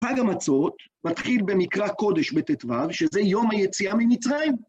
חג המצות מתחיל במקרא קודש בט"ו, שזה יום היציאה ממצרים.